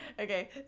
Okay